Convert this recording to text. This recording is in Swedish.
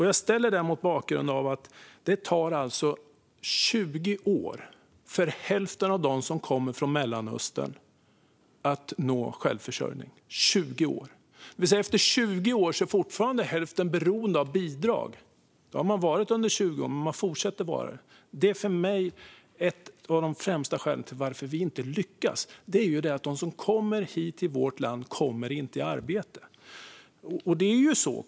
Jag ställer den frågan mot bakgrund av det tar 20 år för hälften av dem som kommer från Mellanöstern att nå självförsörjning. Efter 20 år är fortfarande hälften beroende av bidrag. Det har de varit under 20 år, och de fortsätter att vara det. Det är för mig ett av de främsta skälen till vi inte lyckas. De som kommer hit till vårt land kommer inte i arbete.